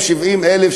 270,000,